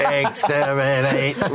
exterminate